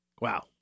Wow